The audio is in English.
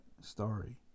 story